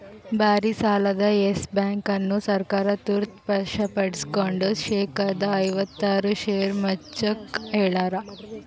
ಭಾರಿಸಾಲದ Yes Bank ಅನ್ನು ಸರ್ಕಾರ ತುರ್ತ ವಶಪಡಿಸ್ಕೆಂಡು ಶೇಕಡಾ ಐವತ್ತಾರು ಷೇರು ಮುಚ್ಚಾಕ ಹೇಳ್ಯಾರ